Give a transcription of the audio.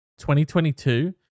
2022